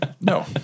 No